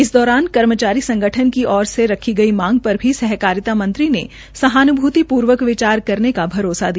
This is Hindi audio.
इस दौरान कर्मचारी संगठन की ओर से रखी गई मांग र भी सहकारिता मंत्री ने सहानुभूतिपूर्वक विचार करने का भरोसा दिया